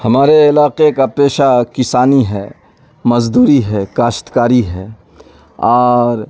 ہمارے علاقے کا پیشہ کسانی ہے مزدوری ہے کاشت کاری ہے اور